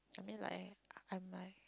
I mean like I'm like